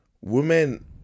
Women